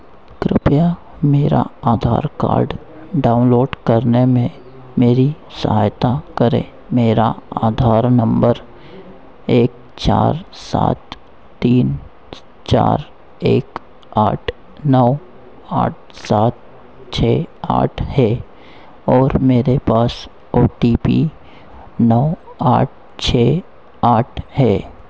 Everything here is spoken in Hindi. कृपया मेरा आधार कार्ड डाउनलोड करने में मेरी सहायता करे मेरा आधार नंबर एक चार सात तीन चार एक आठ नौ आठ सात छः आठ है और मेरे पास ओ टी पी नौ आठ छः आठ है